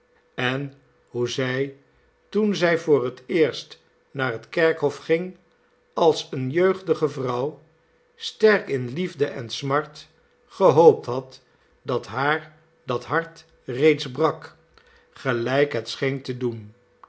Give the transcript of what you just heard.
en hoe zij toen zij voor het eerst naar dat kerkhof ging als eene jeugdige vrouw sterk in liefde en smart gehoopt had dat haar dat hart reeds brak gelijk het scheen te doen